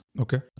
okay